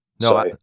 no